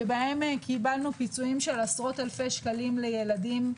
שבהם קיבלנו פיצויים של עשרות אלפי שקלים לילדים.